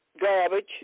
garbage